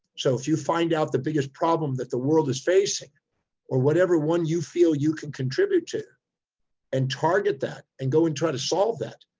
so if you find out the biggest problem that the world is facing or whatever one you feel you can contribute to and target that and go and try to solve that,